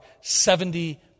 seventy